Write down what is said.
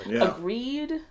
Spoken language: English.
Agreed